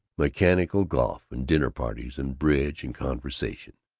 mechanical golf and dinner-parties and bridge and conversation.